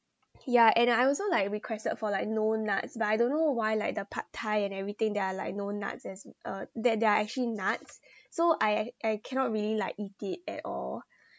yeah and I also like requested for like no nuts but I don't know why like the pad thai and everything they are like no nuts as uh there there are actually nuts so I I cannot really like eat it at all